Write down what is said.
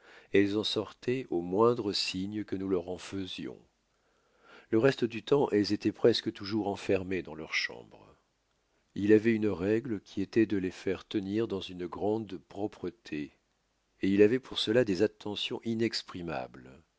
elles en sortoient au moindre signe que nous leur en faisions le reste du temps elles étoient presque toujours enfermées dans leurs chambres il avoit une règle qui étoit de les faire tenir dans une grande propreté et il avoit pour cela des attentions